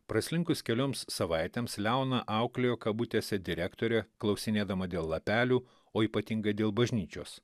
praslinkus kelioms savaitėms leoną auklėjo kabutėse direktorė klausinėdama dėl lapelių o ypatingai dėl bažnyčios